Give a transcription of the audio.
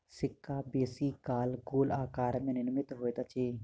सिक्का बेसी काल गोल आकार में निर्मित होइत अछि